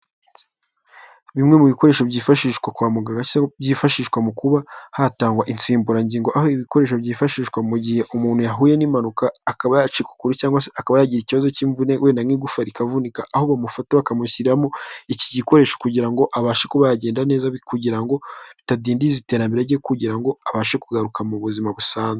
Bimwe mu bikoresho byifashishwa kwa muganga cyangwa byifashishwa mu kuba hatangwa insimburangingo, aho ibikoresho byifashishwa mu gihe umuntu yahuye n'impanuka akaba yacika ukuguru cyangwa se akaba yagira ikibazo cy'imvune wenda nk'igufwa rikavunika, aho bamufata bakamushyiramo iki gikoresho kugira ngo abashe kuba yagenda neza kugira ngo bitadindiza iterambere rye, kugira ngo abashe kugaruka mu buzima busanzwe.